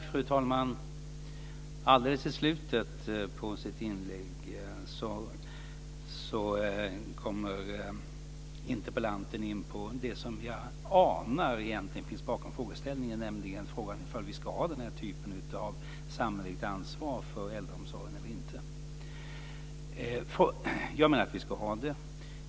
Fru talman! Alldeles i slutet på sitt inlägg kommer interpellanten in på det som jag anar finns bakom frågeställningen, nämligen om vi ska ha den här typen av samhälleligt ansvar för äldreomsorgen eller inte. Jag menar att vi ska ha det.